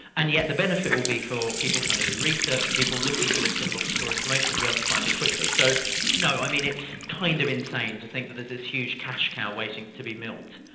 and yet the benefit will be for people trying to do research and people looking for this sort of obscure information, we have to find it quickly, so no, i mean it's kind of insane to think that that this huge cash cow waiting to be milked.